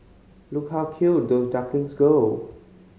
look how cute those ducklings go